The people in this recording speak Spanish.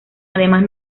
además